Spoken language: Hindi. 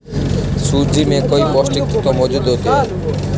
सूजी में कई पौष्टिक तत्त्व मौजूद होते हैं